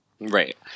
Right